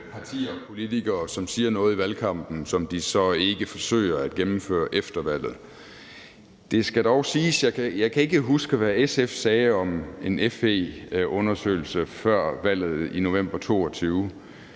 partier og politikere, som siger noget i valgkampen, som de så ikke forsøger at gennemføre efter valget. Det skal dog siges, at jeg ikke kan huske, hvad SF sagde om en FE-undersøgelse før valget i november 2022.